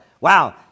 Wow